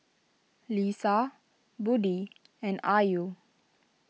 Lisa Budi and Ayu